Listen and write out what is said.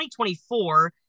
2024